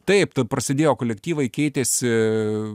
taip prasidėjo kolektyvai keitėsi